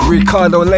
Ricardo